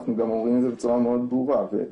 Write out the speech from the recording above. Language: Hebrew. אנחנו גם אומרים את זה בצורה ברורה מאוד,